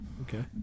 okay